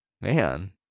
Man